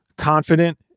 confident